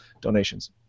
donations